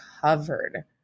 covered